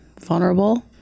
vulnerable